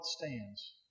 stands